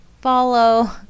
follow